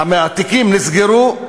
מהתיקים הלאה,